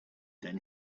then